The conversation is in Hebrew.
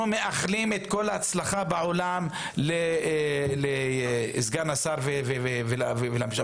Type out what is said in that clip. אנחנו מאחלים את כל ההצלחה בעולם לסגן השר ולממשלה.